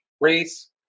race